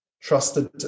trusted